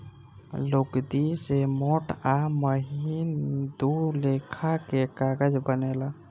लुगदी से मोट आ महीन दू लेखा के कागज बनेला